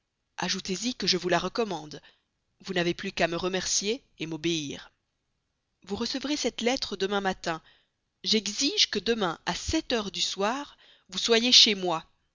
ajoutez-y que je vous la recommande vous n'avez plus qu'à me remercier et m'obéir vous recevrez cette lettre demain matin j'exige que demain à sept heures du soir vous soyez chez moi